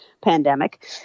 pandemic